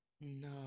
no